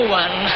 one